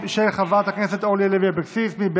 לוועדת העבודה והרווחה נתקבלה.